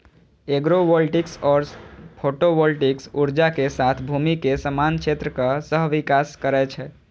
agrovoltaics सौर photovoltaic ऊर्जा के साथ भूमि के समान क्षेत्रक सहविकास करै छै